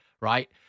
right